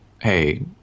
hey